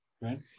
right